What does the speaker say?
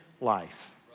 life